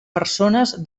persones